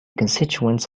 constituents